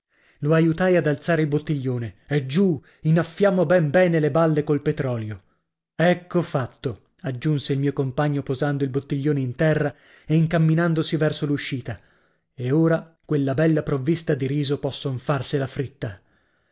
lo aiutai ad alzare il bottiglione e giù innaffiammo ben bene le balle col petrolio ecco fatto aggiunse il mio compagno posando il bottiglione in terra e incamminandosi verso l'uscita e ora quella bella provvista di riso posson farsela fritta